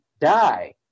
die